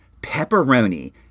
pepperoni